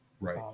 right